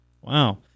Wow